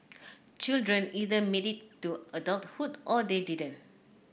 children either made it to adulthood or they didn't